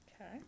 Okay